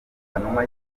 kanuma